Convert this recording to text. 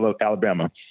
Alabama